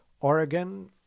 Oregon